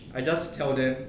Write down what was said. I just tell them